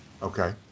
Okay